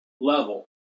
level